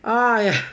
!aiya!